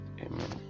Amen